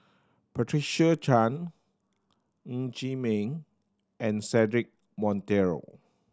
Patricia Chan Ng Chee Meng and Cedric Monteiro